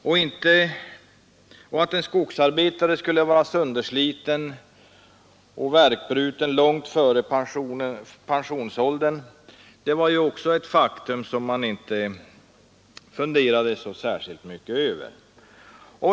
Och att en skogsarbetare skulle vara söndersliten och värkbruten långt före pensionsåldern var också ett faktum som man inte funderade så särskilt mycket över.